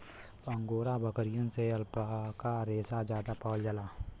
angora बकरियन से alpaca रेसा जादा पावल जाला